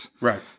Right